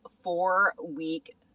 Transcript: four-week